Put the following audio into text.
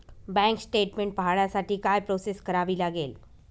Bank statement पाहण्यासाठी काय process करावी लागेल?